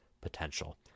potential